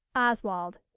oswald.